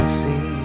see